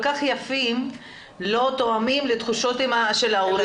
כך יפים לא תואמים לתחושות של ההורים.